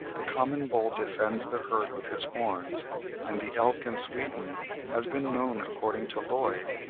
the common bull defends the herd with his horns and the elk in sweden has been known, according to lloyd,